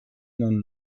non